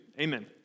Amen